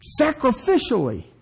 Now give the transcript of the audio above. sacrificially